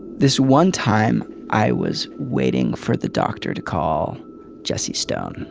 this one time i was waiting for the doctor to call jesse stone